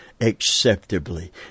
acceptably